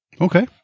Okay